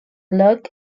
locke